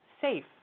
safe